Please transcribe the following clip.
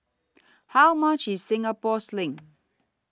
How much IS Singapore Sling